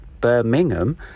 Birmingham